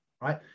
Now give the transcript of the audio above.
Right